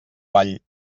ball